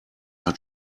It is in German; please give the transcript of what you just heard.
hat